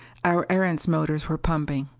our erentz motors were pumping.